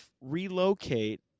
relocate